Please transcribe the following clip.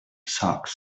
sucks